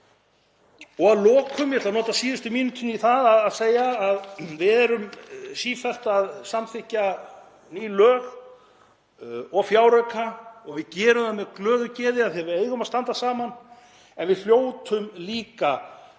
Að lokum ætla ég að nota síðustu mínútuna í það að segja að við erum sífellt að samþykkja ný lög og fjárauka og við gerum það með glöðu geði af því að við eigum að standa saman. En við hljótum líka